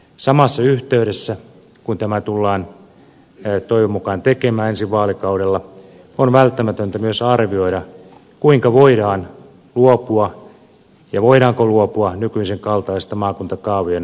samassa yhteydessä kun tämä tullaan toivon mukaan tekemään ensi vaalikaudella on välttämätöntä myös arvioida kuinka voidaan luopua ja voidaanko luopua nykyisen kaltaisesta maakuntakaavojen alistusvelvollisuudesta